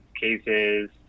cases